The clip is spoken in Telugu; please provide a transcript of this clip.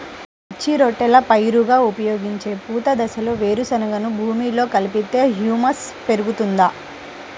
పచ్చి రొట్టెల పైరుగా ఉపయోగించే పూత దశలో వేరుశెనగను భూమిలో కలిపితే హ్యూమస్ పెరుగుతుందా?